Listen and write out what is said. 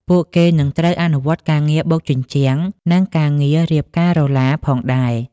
ពួកគេនឹងត្រូវអនុវត្តការងារបូកជញ្ជាំងនិងការងាររៀបការ៉ូឡាផងដែរ។